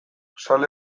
zale